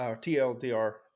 T-L-D-R